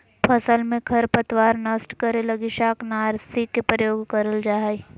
फसल में खरपतवार नष्ट करे लगी शाकनाशी के प्रयोग करल जा हइ